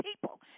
people